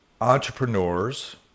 entrepreneurs